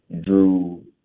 Drew